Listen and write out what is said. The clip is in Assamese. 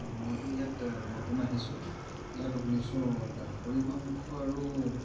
অঁ মইতো ইয়াত নতুন আহিছোঁ ইয়াত শুনিছোঁ গাহৰি মাংস আৰু